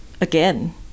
again